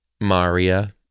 Maria